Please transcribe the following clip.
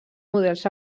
models